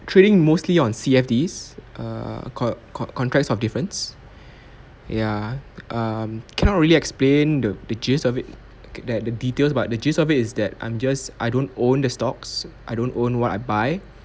trading mostly on C_F_Ds err con~ contracts of difference ya um cannot really explain the the gist of it that the details but the gist of it is that I'm just I don't own the stocks I don't own what I buy